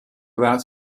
without